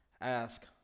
Ask